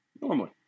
Normally